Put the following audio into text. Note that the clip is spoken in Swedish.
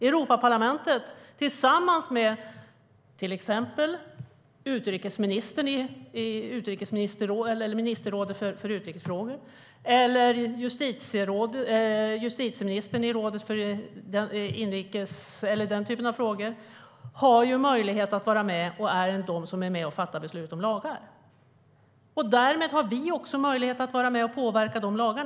Europaparlamentet, tillsammans med till exempel utrikesministern i ministerrådet för utrikesfrågor eller justitieministern i rådet för den typen av frågor, har möjlighet att vara med - och är de som är med - och fattar beslut om lagar. Därmed har vi också möjlighet att vara med och påverka dessa lagar.